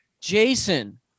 Jason